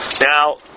Now